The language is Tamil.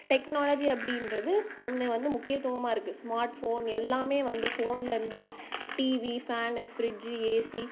டெக்னாலஜி அப்படின்றது ஒன்று வந்து முக்கியத்துவமாக இருக்குது ஸ்மார்ட் ஃபோன் எல்லாமே வந்து ஃபோனில் இருந்து டிவி ஃபேனு ஃபிரிட்ஜூ ஏசி